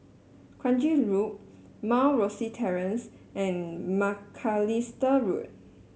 Kranji Loop Mount Rosie Terrace and Macalister Road